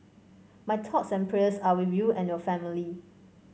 my thoughts and prayers are with you and your family